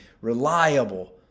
reliable